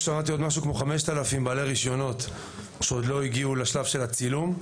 יש עוד כ-5,000 בעלי רישיונות שעוד לא הגיעו לשלב של הצילום.